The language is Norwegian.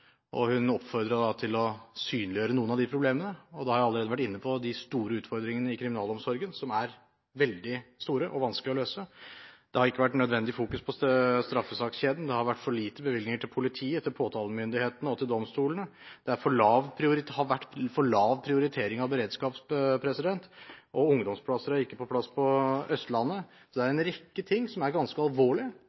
Hun oppfordrer til å synliggjøre noen av de problemene. Jeg har allerede vært inne på utfordringene i kriminalomsorgen, som er veldig store og vanskelige å løse. Det har ikke vært nødvendig fokus på straffesakskjeden. Det har vært for lave bevilgninger til politi, til påtalemyndigheten og til domstolene. Det har vært for lav prioritering av beredskap, og ungdomsplasser er ikke på plass på Østlandet. Det er en rekke ting som er ganske